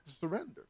surrender